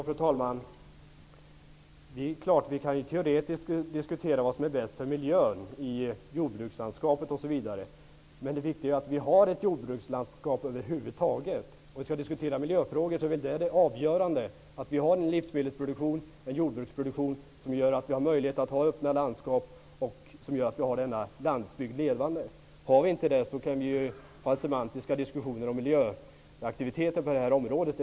Fru talman! Det är klart att vi teoretiskt kan diskutera vad som är bäst för miljön i jordbrukslandskapet osv. Men det viktiga är ju att vi har ett jordbrukslandskap över huvud taget. Om vi skall diskutera miljöfrågor är det väl avgörande att vi har en livsmedelsproduktion och en jordbruksproduktion som gör det möjligt att ha öppna landskap och en levande landsbygd. Om vi inte har det kan vi föra semantiska diskussioner om miljöaktiviteter på detta området.